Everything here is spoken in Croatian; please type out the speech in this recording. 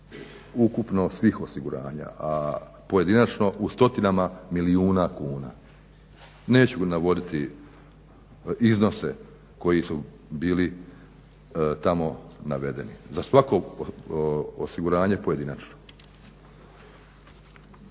ukupno svih osiguranja, a pojedinačno u stotinama milijuna kuna. Neću navoditi iznose koji su bili tamo navedeni za svako osiguranje pojedinačno.